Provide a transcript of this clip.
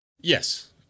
Yes